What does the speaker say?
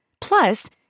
Plus